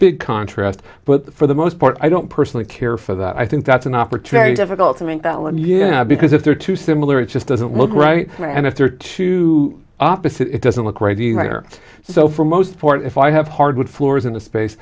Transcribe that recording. big contrast but for the most part i don't personally care for that i think that's an opportunity difficult to make that limb yeah because if they're too similar it just doesn't look right and if there are two opposite it doesn't look right there so for most part if i have hardwood floors in a space